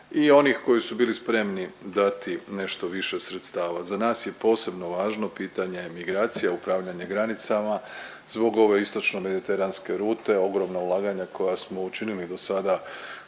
i onih koji su bili spremni dati nešto više sredstava. Za nas je posebno važno pitanje migracija, upravljanje granicama zbog ove istočno mediteranske rute, ogromna ulaganja koja smo učinili do sada